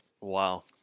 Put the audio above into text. Wow